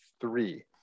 three